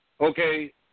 Okay